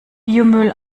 biomüll